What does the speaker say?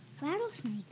Rattlesnake